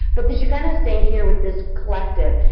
but because you kind of stay here with this collective